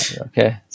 Okay